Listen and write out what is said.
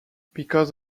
because